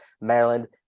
Maryland